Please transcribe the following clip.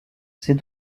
ces